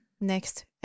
next